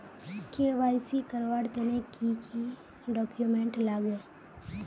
KYC करवार तने की की डॉक्यूमेंट लागे?